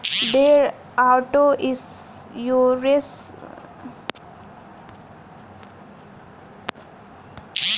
ढेरे auto insurance वाला company gap insurance दियावे ले